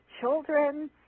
children